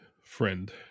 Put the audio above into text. friend